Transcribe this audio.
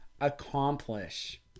accomplish